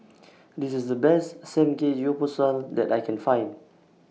This IS The Best Samgeyopsal that I Can Find